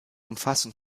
umfassen